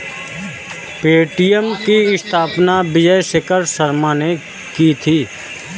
Paytm की स्थापना विजय शेखर शर्मा ने की थी